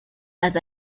بیاد